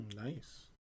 nice